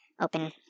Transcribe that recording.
open